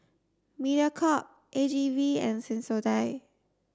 Mediacorp A G V and Sensodyne